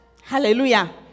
Hallelujah